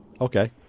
Okay